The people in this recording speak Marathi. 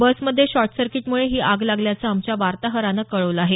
बस मध्ये शॉर्ट सर्किटमुळे ही आग लागल्याचं आमच्या वार्ताहरानं कळवलं आहे